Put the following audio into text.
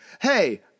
hey